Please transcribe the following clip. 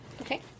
Okay